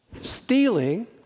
Stealing